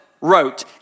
wrote